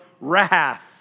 wrath